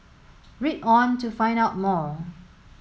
read on to find out more